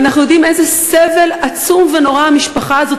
ואנחנו יודעים איזה סבל עצום ונורא המשפחה הזאת